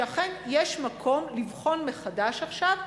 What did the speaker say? הוא שאכן יש מקום לבחון מחדש עכשיו,